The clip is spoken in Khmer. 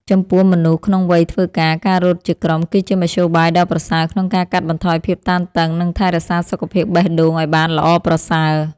ចំពោះមនុស្សក្នុងវ័យធ្វើការ ការរត់ជាក្រុមគឺជាមធ្យោបាយដ៏ប្រសើរក្នុងការកាត់បន្ថយភាពតានតឹង និងថែរក្សាសុខភាពបេះដូងឱ្យបានល្អប្រសើរ។